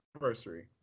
anniversary